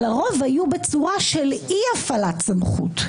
לרוב הם היו בצורה של אי-הפעלת סמכות,